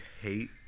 hate